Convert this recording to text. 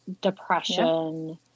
depression